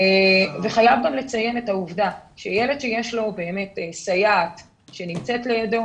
חייבים גם לציין את העובדה שכשיש לילד סייעת שנמצאת לידו,